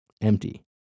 empty